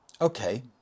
Okay